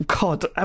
God